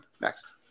Next